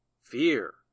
fear